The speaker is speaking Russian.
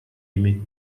ими